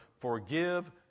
forgive